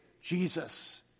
Jesus